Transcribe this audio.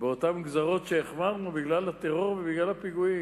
באותן גזירות שהחמרנו בגלל הטרור ובגלל הפיגועים,